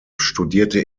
studierte